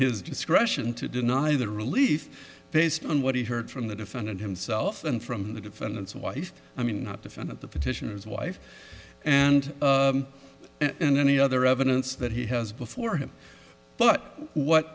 his discretion to deny the relief based on what he heard from the defendant himself and from the defendant's wife i mean not defendant the petitioner his wife and and any other evidence that he has before him but what